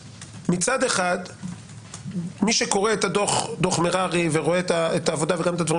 מצד אחד מי שקורה את דוח מררי ורואה את העבודה וגם את הדברים